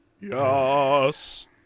Yes